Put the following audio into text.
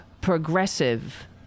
progressive